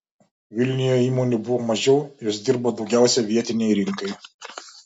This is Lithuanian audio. vilniuje įmonių buvo mažiau jos dirbo daugiausiai vietinei rinkai